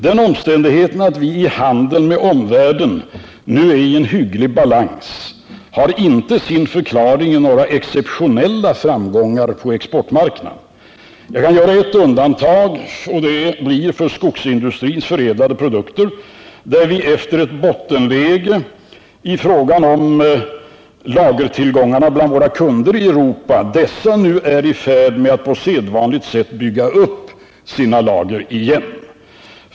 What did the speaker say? Den omständigheten att vi i handeln med omvärlden nu är i en hygglig balans har inte sin förklaring i några exceptionella framgångar på export 9” marknaden. Jag kan nämna ett undantag, och det blir för skogsindustrins förädlade produkter, där efter ett bottenläge i fråga om lagertillgångarna bland våra kunder i Europa dessa nu är i färd med att på sedvanligt sätt bygga upp sina lager igen.